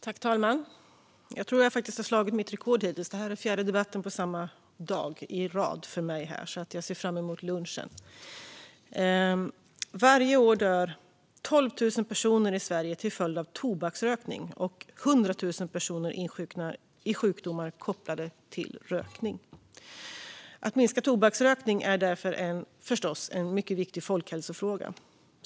Fru talman! Jag tror faktiskt att jag har slagit mitt rekord. Detta är fjärde debatten i rad på samma dag för mig, så jag ser fram emot lunchen. Varje år dör 12 000 personer i Sverige till följd av tobaksrökning, och 100 000 personer insjuknar i sjukdomar kopplade till rökning. Att minska tobaksrökningen är därför förstås en mycket viktig folkhälsofråga.